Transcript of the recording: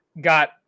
got